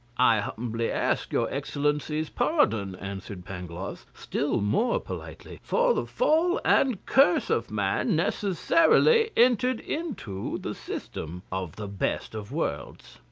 i humbly ask your excellency's pardon, answered pangloss, still more politely for the fall and curse of man necessarily entered into the system of the best of worlds.